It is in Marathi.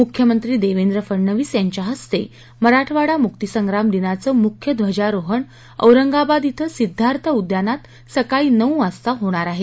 मुख्यमंत्री देवेंद्र फडणवीस यांच्या हस्ते मराठवाडा मुक्तिसंग्राम दिनाचं मुख्य ध्वजारोहण औरंगाबाद इथं सिद्वार्थ उद्यानात सकाळी नऊ वाजता होणार आहे